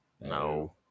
No